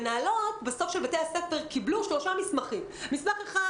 הספר לא יכולים לתפקד